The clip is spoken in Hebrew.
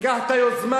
תיקח את היוזמה,